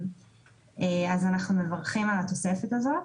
אנחנו מברכים על התוספת הזאת.